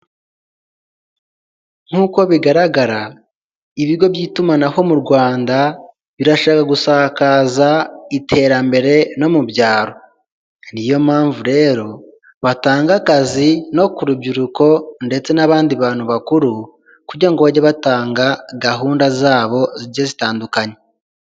Nk'uko bigaragara ibigo by'itumanaho mu Rwanda birashaka gusakaza iterambere no mu byaro, niyo mpamvu rero batanga akazi no ku rubyiruko ndetse n'abandi bantu bakuru kugira ngo bajye batanga gahunda zabo zijye zitandukanye.